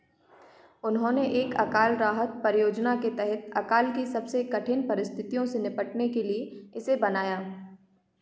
उन्होंने एक अकाल राहत परियोजना के तहत अकाल की सबसे कठिन परिस्थितियों से निपटने के लिए इसे बनाया